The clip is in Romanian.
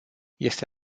este